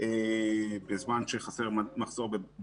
בזמן שהיה מחסור.